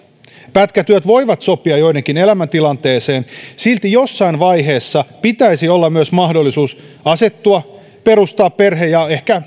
pätkätyöt voivat sopia joidenkin elämäntilanteeseen silti jossain vaiheessa pitäisi myös olla mahdollisuus asettua perustaa perhe ehkä